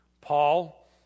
Paul